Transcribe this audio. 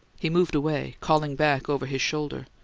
he moved away, calling back over his shoulder,